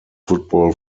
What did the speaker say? football